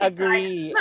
Agree